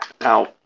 Now